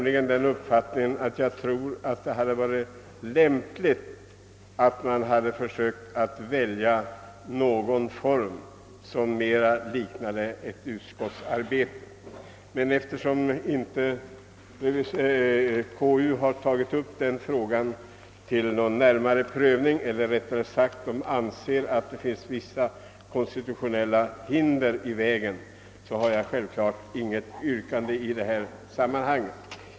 Jag har den uppfattningen, att det hade varit lämpligt att försöka skapa en form härför som mera påminde om utskottens verksamhet. Men med hänsyn till att konstitutionsutskottet ansett att det ligger vissa konstitutionella hinder i vägen för en sådan utformning, har jag självfallet inga yrkanden i detta sammanhang.